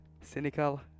Cynical